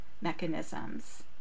mechanisms